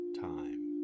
time